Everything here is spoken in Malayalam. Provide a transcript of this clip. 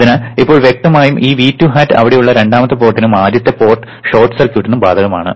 അതിനാൽ ഇപ്പോൾ വ്യക്തമായി ഈ V2 hat അവിടെയുള്ള രണ്ടാമത്തെ പോർട്ടിനും ആദ്യത്തെ പോർട്ട് ഷോർട്ട് സർക്യൂട്ടിനും ബാധകമാണ്